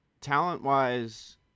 talent-wise